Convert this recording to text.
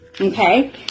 Okay